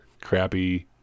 crappy